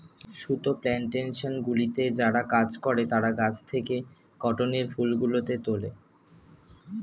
সুতো প্ল্যানটেশনগুলিতে যারা কাজ করে তারা গাছ থেকে কটনের ফুলগুলো তোলে